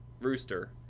rooster